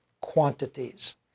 quantities